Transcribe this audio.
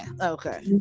okay